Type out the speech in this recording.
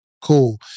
Cool